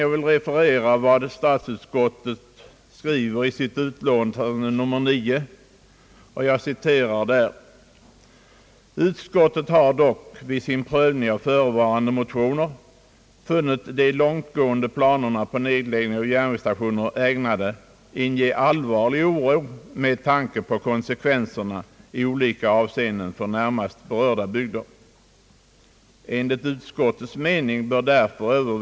Jag vill referera vad statsutskottet skriver i sitt utlåtande nr I och jag citerar: »Ääven utskottet har dock — vid sin prövning av förevarande motioner — funnit de långtgående planerna på nedläggning av järnvägsstationer ägnade inge allvarlig oro med tanke på konsekvenserna i olika avse. enden för närmast berörda bygder. En« ligt utskottets mening bör därför över.